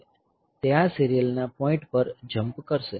તે આ સીરીયલ ના પોઈન્ટ પર જમ્પ કરશે